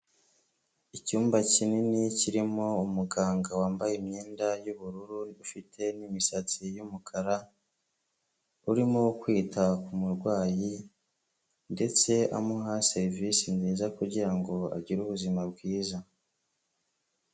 Icyumba kinini kirimo umuganga wambaye imyenda y'ubururu ufite n'imisatsi y'umukara, urimo kwita k'umurwayi ndetse amuha serivisi nziza kugira ngo agire ubuzima bwiza.